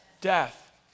death